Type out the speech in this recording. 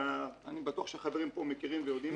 אני בטוח שהחברים פה מכירים ויודעים את זה.